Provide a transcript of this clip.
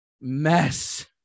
mess